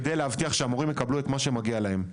כדי להבטיח שהמורים יקבלו את מה שמגיע להם.